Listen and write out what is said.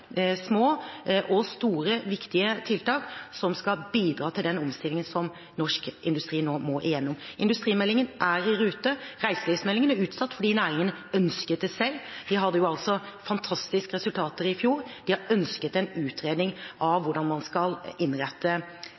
små og store viktige tiltak som skal bidra til den omstillingen som norsk industri nå må igjennom. Industrimeldingen er i rute. Reiselivsmeldingen er utsatt fordi næringen ønsket det selv. De hadde fantastiske resultater i fjor. De har ønsket en utredning av hvordan man skal innrette